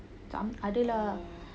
macam adalah